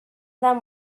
them